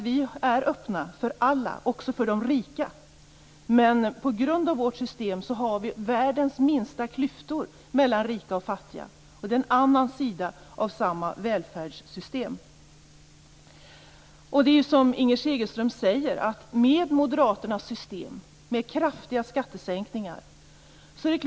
Vi är öppna för alla, också för de rika. På grund av vårt system har vi världens minsta klyftor mellan rika och fattiga, och det är en annan sida av samma välfärdssystem. Det är som Inger Segelström säger när det gäller moderaternas system med kraftiga skattesänkningar.